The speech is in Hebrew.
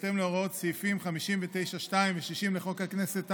בהתאם להוראות סעיפים 59(2) ו-60 לחוק הכנסת,